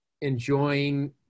enjoying